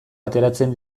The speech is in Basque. ateratzen